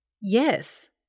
Yes